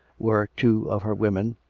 were two of her women,